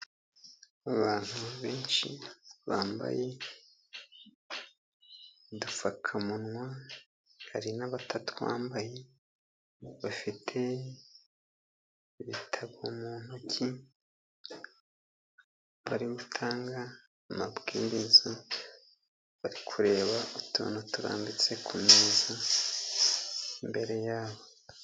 Abantu benshi bambaye udupfukamunwa, hari n'abatatwambaye bafite ibitabo mu ntoki, bari gutanga amabwiriza, bari kureba utuntu turarambitse ku meza, imbere yabo.